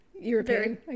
European